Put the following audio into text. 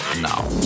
Now